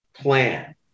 plan